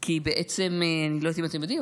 אני לא יודעת אם אתם יודעים,